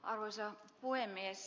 arvoisa puhemies